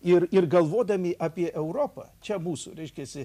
ir ir galvodami apie europą čia mūsų reiškiasi